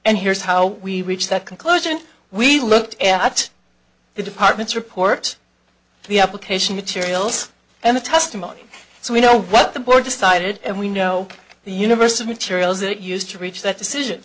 and here's how we reach that conclusion we looked at the department's report the application materials and the testimony so we know what the board decided and we know the universe of materials that it used to reach that decision